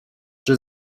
czy